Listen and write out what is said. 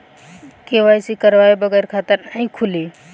KYC करवाये बगैर खाता नाही खुली?